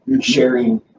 sharing